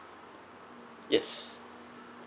yes